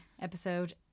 episode